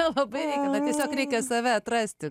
nelabai maloni technika save atrasti